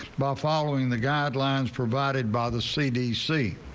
but following the guidelines provided by the cdc.